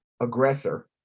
aggressor